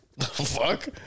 Fuck